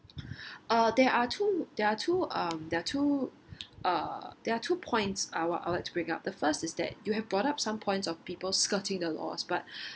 uh there are two there are two uh there are two uh there are two points I'd like to bring up the first is that you have brought up some points of people skirting the laws but